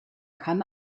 kann